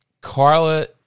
Carla